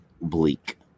bleak